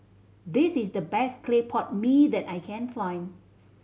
this is the best clay pot mee that I can find